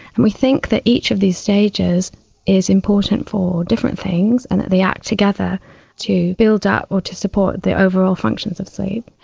and we think that each of these stages is important for different things and that they act together to build up or to support the overall functions of sleep.